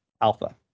alpha